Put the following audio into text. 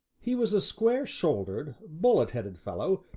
he was a square-shouldered, bullet-headed fellow,